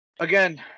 Again